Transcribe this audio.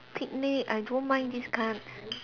picnic I don't mind this kind